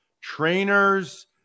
trainers